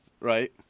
Right